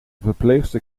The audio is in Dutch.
verpleegster